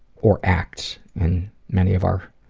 or acts, in many of our